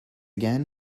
again